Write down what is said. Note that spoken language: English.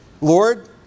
Lord